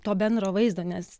to bendro vaizdo nes